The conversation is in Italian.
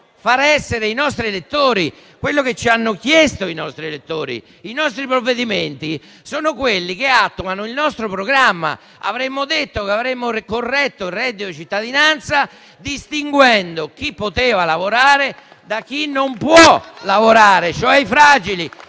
far essere i nostri elettori, quello che ci hanno chiesto i nostri elettori. I nostri provvedimenti sono quelli che attuano il nostro programma. Abbiamo detto che avremmo corretto il reddito di cittadinanza, distinguendo chi poteva lavorare da chi non può lavorare, cioè i fragili,